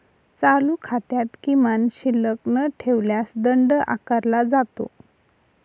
चालू खात्यात किमान शिल्लक न ठेवल्यास दंड आकारला जातो